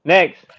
Next